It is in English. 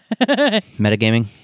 Metagaming